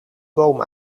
boom